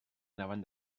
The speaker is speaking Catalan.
anaven